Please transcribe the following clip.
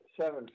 seven